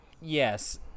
Yes